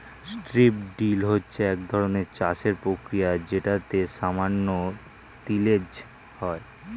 strip drill হচ্ছে একধরনের চাষের প্রক্রিয়া যেটাতে সামান্য তিলেজ হয়